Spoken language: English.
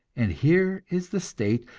and here is the state,